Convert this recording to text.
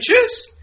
choose